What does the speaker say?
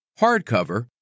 hardcover